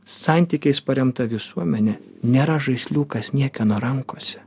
santykiais paremta visuomenė nėra žaisliukas niekieno rankose